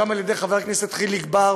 גם על-ידי חבר הכנסת חיליק בר,